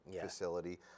facility